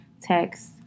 text